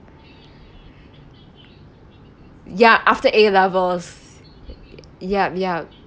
ya after A levels yup yup